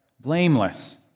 blameless